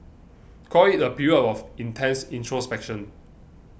call it a period of intense introspection